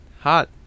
Hot